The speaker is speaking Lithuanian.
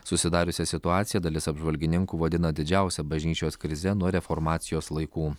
susidariusią situaciją dalis apžvalgininkų vadino didžiausia bažnyčios krize nuo reformacijos laikų